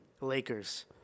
Lakers